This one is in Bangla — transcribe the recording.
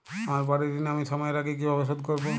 আমার বাড়ীর ঋণ আমি সময়ের আগেই কিভাবে শোধ করবো?